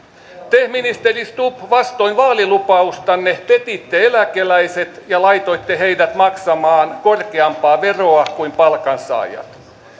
te ministeri stubb vastoin vaalilupaustanne petitte eläkeläiset ja laitoitte heidät maksamaan korkeampaa veroa kuin palkansaajat